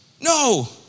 No